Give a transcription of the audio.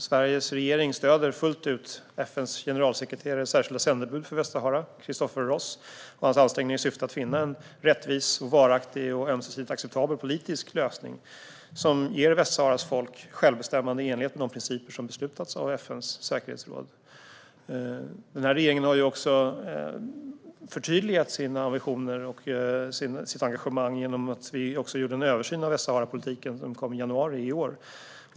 Sveriges regering stöder fullt ut FN:s generalsekreterares särskilda sändebud för Västsahara, Christopher Ross, och hans ansträngningar för att finna en rättvis, varaktig och ömsesidigt acceptabel politisk lösning som ger Västsaharas folk självbestämmande i enlighet med de principer som beslutats av FN:s säkerhetsråd. Regeringen har även förtydligat sina visioner och sitt engagemang genom att göra en översyn av Västsaharapolitiken, som kom i januari i år.